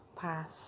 path